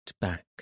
back